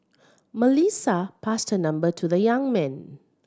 Melissa passed her number to the young man